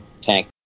tank